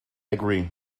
agree